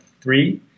three